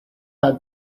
have